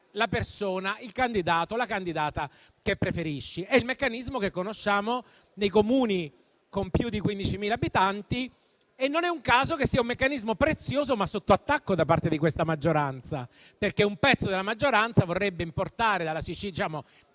la persona, il candidato o la candidata che preferisci». È il meccanismo che conosciamo nei Comuni con più di 15.000 abitanti e non è un caso che sia un meccanismo prezioso, ma sotto attacco da parte di questa maggioranza, perché un pezzo della maggioranza vorrebbe estendere dalla Sicilia